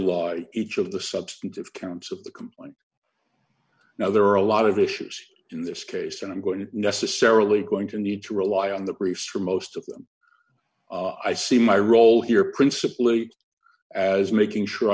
underlie each of the substantive counts of the complaint now there are a lot of issues in this case and i'm going to necessarily going to need to rely on the briefs for most of them i see my role d here principally as making sure